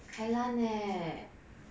kai lan leh